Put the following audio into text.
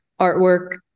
artwork